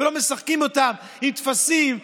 ולא משחקים איתם עם טפסים,